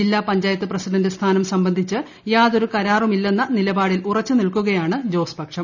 ജില്ലാ പഞ്ചായത്തു പ്രസിഡന്റ് സ്ഥാനം സംബന്ധിച്ച് യാതൊരു കരാറുമില്ലെന്ന നിലപാടിലുറച്ചു നിൽക്കുകയാണ് ജോസ് പക്ഷം